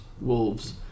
Wolves